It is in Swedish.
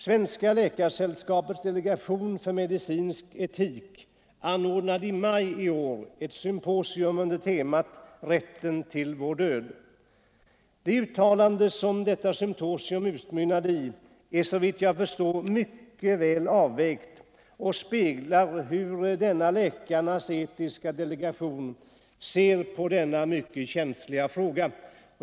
Svenska läkaresällskapets delegation för medicinsk etik anordnade i maj i år ett symposium under temat Rätten till vår död. Det uttalande som detta symposium utmynnade i är såvitt jag förstår mycket väl avvägt och speglar hur denna läkarnas etiska delegation ser på den här mycket känsliga frågan.